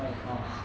then he off